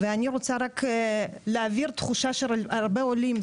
ואני רוצה רק להבהיר תחושה של הרבה עולים.